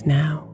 now